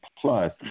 plus